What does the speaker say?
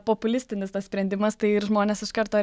populistinis tas sprendimas tai ir žmonės iš karto